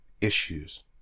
issues